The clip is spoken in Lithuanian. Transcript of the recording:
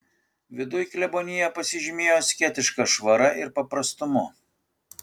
viduj klebonija pasižymėjo asketiška švara ir paprastumu